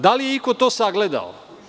Da li je iko to sagledao?